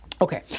Okay